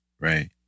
Right